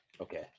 Okay